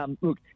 look